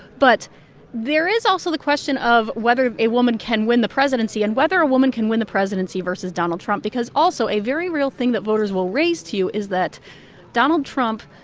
but there is also the question of whether a woman can win the presidency and whether a woman can win the presidency versus donald trump. because also a very real thing that voters will raise to you is that donald trump,